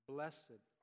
Blessed